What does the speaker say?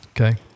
Okay